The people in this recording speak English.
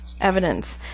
evidence